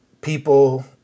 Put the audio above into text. people